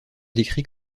décrit